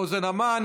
אוזן המן,